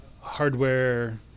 hardware